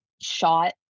shot